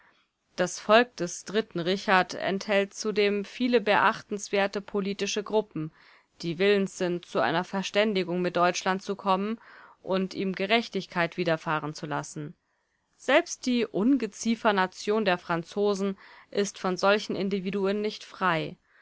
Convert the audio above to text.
das volk des dritten richard enthält zudem viele beachtenswerte politische gruppen die willens sind zu einer verständigung mit deutschland zu kommen und ihm gerechtigkeit widerfahren zu lassen selbst die ungeziefernation der franzosen ist von solchen individuen nicht frei